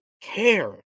care